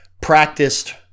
practiced